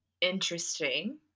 interesting